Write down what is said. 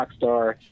Rockstar